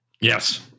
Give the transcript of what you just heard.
yes